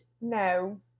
No